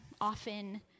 often